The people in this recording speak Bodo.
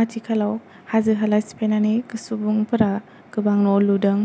आथिखालाव हाजो हाला सिफायनानै सुबुंफोरा गोबां न' लुदों